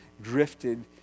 drifted